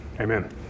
Amen